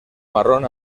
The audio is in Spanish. marrón